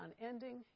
unending